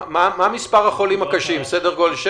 מה מספר החולים הקשים, 600?